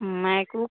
mic उक